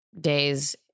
days